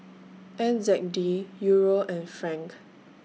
N Z D Euro and Franc